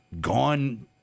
gone